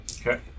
Okay